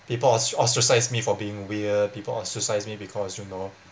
people os~ ostracise me for being weird people ostracise me because you know